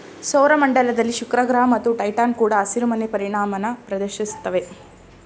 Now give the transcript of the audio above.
ಸೌರ ಮಂಡಲದಲ್ಲಿ ಶುಕ್ರಗ್ರಹ ಮತ್ತು ಟೈಟಾನ್ ಕೂಡ ಹಸಿರುಮನೆ ಪರಿಣಾಮನ ಪ್ರದರ್ಶಿಸ್ತವೆ